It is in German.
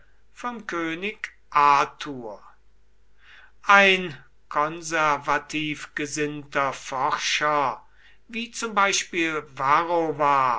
vom könig arthur ein konservativ gesinnter forscher wie zum beispiel varro